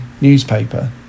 newspaper